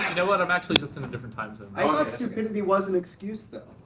you know and i'm actually just in a different time zone. i thought stupidity was an excuse though.